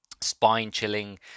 spine-chilling